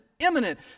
imminent